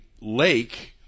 lake